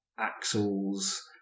axles